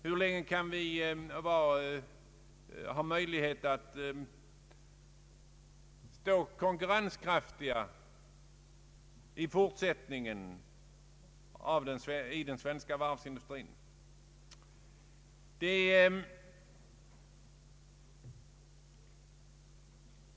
Hur länge kan den svenska varvsindustrin fortfarande vara konkurrenskraftig?